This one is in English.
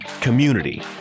community